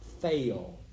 fail